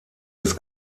des